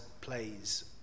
plays